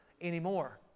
anymore